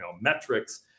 metrics